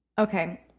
Okay